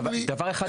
דבר אחד ששכחתי.